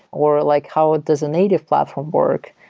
or like how ah does a native platform work,